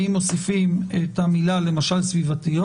האם מוסיפים את המילה "סביבתיות",